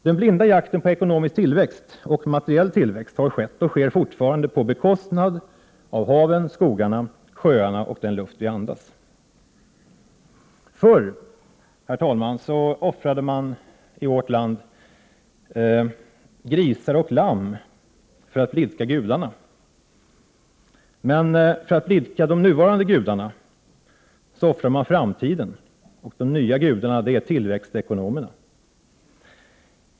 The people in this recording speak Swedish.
Den blinda jakten på ekonomisk tillväxt och materiell tillväxt har skett — och sker fortfarande — på bekostnad av haven, skogarna, sjöarna och den luft vi andas. Herr talman! Förr offrade man i vårt land grisar och lamm för att blidka gudarna. För att blidka de nuvarande gudarna offrar vi framtiden. De nya gudarna är tillväxtekonomerna.